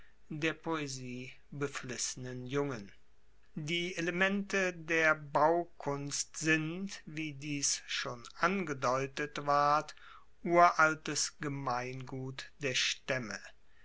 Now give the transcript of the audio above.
der poesie beflissenen jungen die elemente der baukunst sind wie dies schon angedeutet ward uraltes gemeingut der staemme